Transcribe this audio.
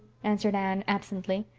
answered anne absently.